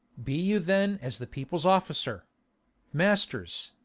be you then as the people's officer masters,